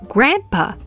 Grandpa